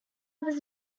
was